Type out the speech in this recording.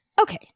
Okay